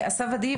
אסף אדיב,